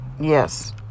yes